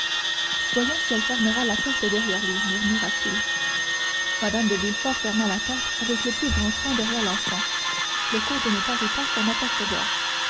voyons si elle fermera la porte derrière lui murmura-t-il mme de villefort ferma la porte avec le plus grand soin derrière l'enfant le comte ne parut pas s'en apercevoir